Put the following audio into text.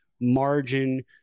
margin